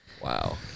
Wow